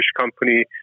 company